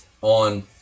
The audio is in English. on